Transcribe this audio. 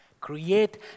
create